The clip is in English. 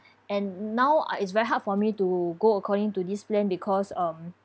and now uh it's very hard for me to go according to this plan because um